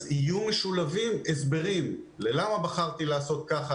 אז יהיו משולבים הסברים למה בחרתי לעשות ככה,